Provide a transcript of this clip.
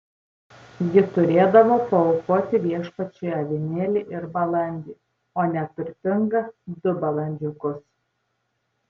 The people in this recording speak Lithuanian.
ji turėdavo paaukoti viešpačiui avinėlį ir balandį o neturtinga du balandžiukus